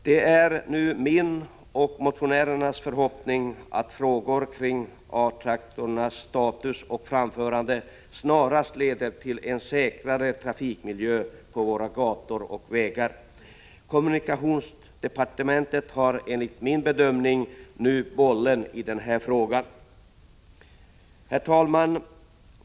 Det är min och motionärernas förhoppning att frågor kring A-traktorernas status och framförande snarast leder till en säkrare trafikmiljö på våra gator och vägar. Kommunikationsdepartementet har nu bollen. Herr talman!